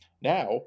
now